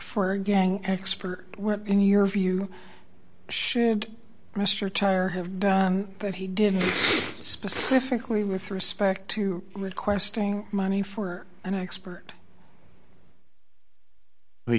for gang expert in your view should mr tire have done that he did specifically with respect to requesting money for an expert he